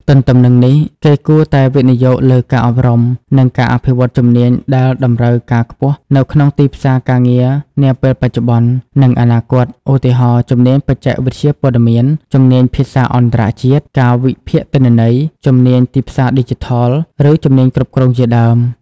ទទ្ទឹមនឹងនេះ គេគួរតែវិនិយោគលើការអប់រំ និងការអភិវឌ្ឍជំនាញដែលមានតម្រូវការខ្ពស់នៅក្នុងទីផ្សារការងារនាពេលបច្ចុប្បន្ន និងអនាគត ឧទាហរណ៍ ជំនាញបច្ចេកវិទ្យាព័ត៌មាន ជំនាញភាសាអន្តរជាតិ ការវិភាគទិន្នន័យ ជំនាញទីផ្សារឌីជីថល ឬជំនាញគ្រប់គ្រងជាដើម។